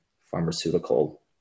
pharmaceutical